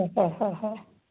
হয় হয় হয় হয়